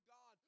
God